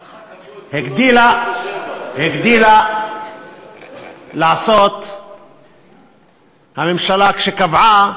את גבולות, הגדילה לעשות הממשלה כשקבעה,